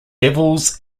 devils